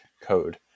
code